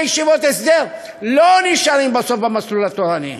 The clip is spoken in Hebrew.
ישיבות הסדר לא נשארים בסוף במסלול התורני.